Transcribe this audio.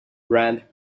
brand